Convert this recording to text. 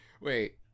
Wait